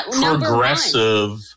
progressive